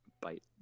bite